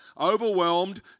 overwhelmed